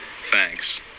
Thanks